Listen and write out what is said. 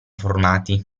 formati